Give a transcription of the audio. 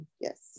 yes